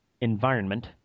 environment